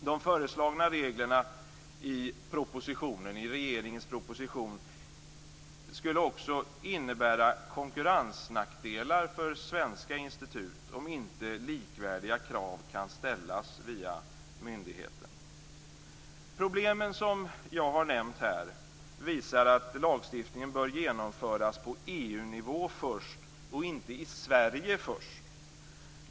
De föreslagna reglerna i regeringens proposition skulle också innebära konkurrensnackdelar för svenska institut om inte likvärdiga krav kan ställas via myndigheten. Problemen som jag har nämnt visar att lagstiftningen bör genomföras först på EU-nivå och inte först i Sverige.